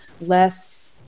less